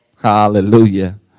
Hallelujah